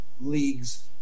leagues